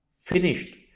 finished